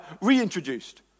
reintroduced